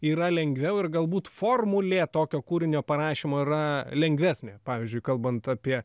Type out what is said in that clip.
yra lengviau ir galbūt formulė tokio kūrinio parašymo yra lengvesnė pavyzdžiui kalbant apie